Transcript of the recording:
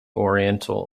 oriental